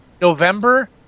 November